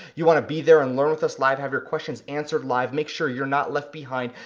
you wanna be there and learn with us live, have your questions answered live, make sure you're not left behind.